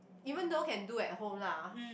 even though can do at home lah